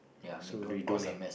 so they don't have